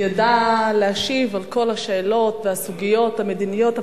ידע להשיב על כל השאלות והסוגיות המדיניות.